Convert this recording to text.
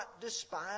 despise